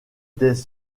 des